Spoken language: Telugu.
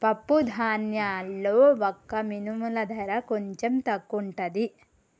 పప్పు ధాన్యాల్లో వక్క మినుముల ధర కొంచెం తక్కువుంటది